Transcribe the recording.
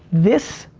this,